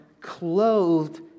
clothed